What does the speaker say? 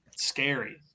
Scary